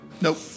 Nope